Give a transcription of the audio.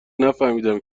نفهمیدم